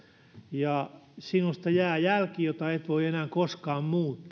ja sinusta jää jälki jota et voi enää koskaan